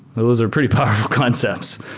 those are pretty powerful concepts